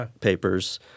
papers